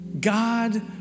God